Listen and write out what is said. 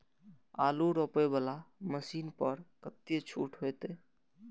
आलू रोपे वाला मशीन पर कतेक छूट होते?